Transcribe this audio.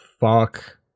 Fuck